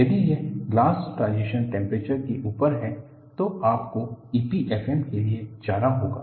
यदि यह glass transition temperature से ऊपर है तो आपको EPFM के लिए जाना होगा